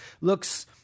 looks